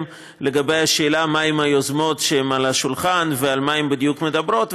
לגבי השאלה מה עם היוזמות שעל השולחן ועל מה הן בדיוק מדברות,